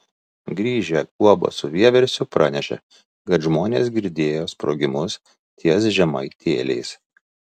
grįžę guoba su vieversiu pranešė kad žmonės girdėjo sprogimus ties žemaitėliais